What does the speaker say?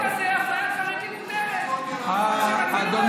לפי החוק הזה אפליית חרדים מותרת, אדוני,